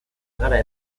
gara